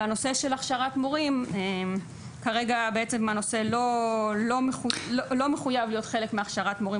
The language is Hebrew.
בנושא של הכשרת מורים כרגע בעצם הנושא לא מחויב להיות חלק מהכשרת מורים